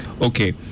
Okay